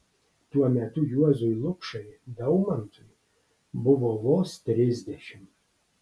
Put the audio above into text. tuo metu juozui lukšai daumantui buvo vos trisdešimt